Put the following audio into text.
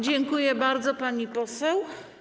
Dziękuję bardzo, pani poseł.